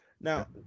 Now